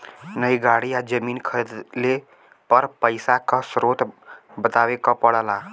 नई गाड़ी या जमीन खरीदले पर पइसा क स्रोत बतावे क पड़ेला